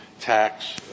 tax